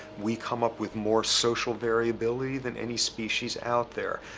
we come up with more social variability than any species out there.